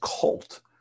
cult